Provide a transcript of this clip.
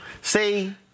See